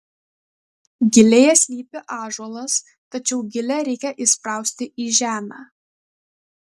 gilėje slypi ąžuolas tačiau gilę reikia įsprausti į žemę